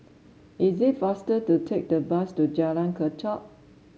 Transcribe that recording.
is it faster to take the bus to Jalan Kechot